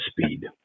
speed